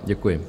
Děkuji.